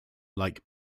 like